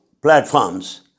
platforms